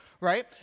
right